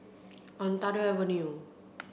Ontario Avenue